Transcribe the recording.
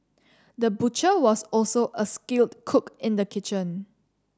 the butcher was also a skilled cook in the kitchen